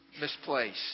misplaced